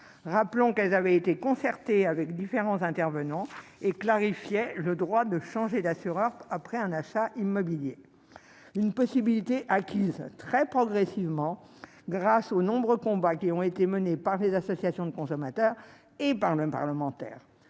Rappelons qu'elles avaient fait l'objet de concertations avec différents intervenants et qu'elles clarifiaient le droit à changer d'assureur après un achat immobilier- une possibilité acquise très progressivement grâce aux nombreux combats menés par les associations de consommateurs et par les parlementaires.